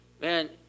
Man